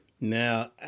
Now